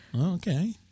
okay